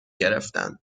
گرفتند